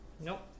Nope